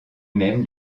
même